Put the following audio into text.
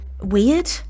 weird